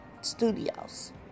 Studios